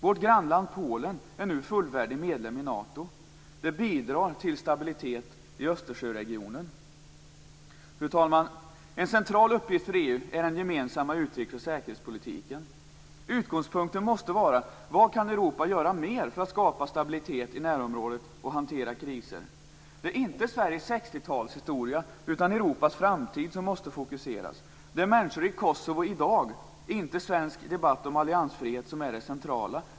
Vårt grannland Polen är nu fullvärdig medlem i Nato. Det bidrar till stabilitet i Fru talman! En central uppgift för EU är den gemensamma utrikes och säkerhetspolitiken. Utgångspunkten måste vara: Vad kan Europa göra mer för att skapa stabilitet i närområdet och för att hantera kriser? Det är inte Sveriges 60-talshistoria utan Europas framtid som måste fokuseras. Det är människor i Kosovo i dag och inte svensk debatt om alliansfrihet som är det centrala.